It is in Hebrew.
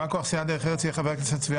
בא כוח סיעת דרך ארץ יהיה חבר הכנסת צבי